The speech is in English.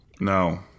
No